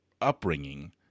upbringing